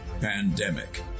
Pandemic